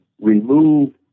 remove